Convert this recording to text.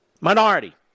minority